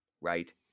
right